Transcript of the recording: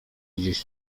gdzieś